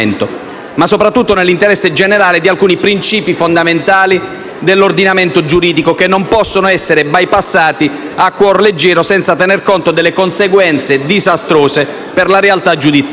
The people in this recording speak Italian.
ma soprattutto nell'interesse generale di alcuni principi fondamentali dell'ordinamento giuridico, che non possono essere bypassati a cuor leggero, senza tener conto delle conseguenze disastrose per la realtà giudiziaria.